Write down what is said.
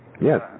Yes